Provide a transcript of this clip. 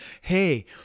Hey